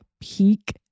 peak